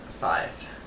Five